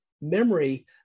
memory